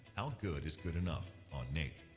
how good is good enough on naep?